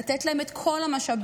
לתת להן את כל המשאבים,